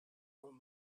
old